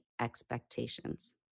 expectations